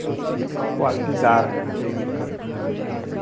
क्वालटीदार है कोई दिक्कत नहीं